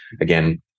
Again